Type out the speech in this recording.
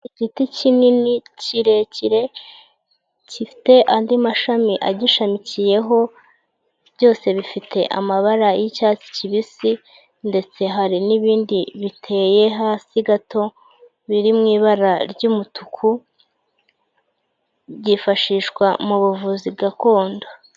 Igiti kinini kirekire gifite andi mashami agishamikiyeho, byose bifite amabara y'icyatsi kibisi ndetse hari n'ibindi biteye hasi gato biri mw'ibara ry'umutuku. Byifashishwa mu buvuzi gakondo.